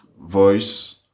voice